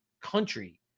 country